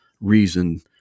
reason